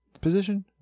position